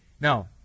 Now